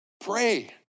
pray